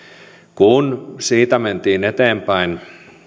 kun siitä mentiin eteenpäin